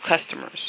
customers